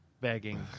begging